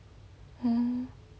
mm